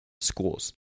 schools